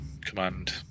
Command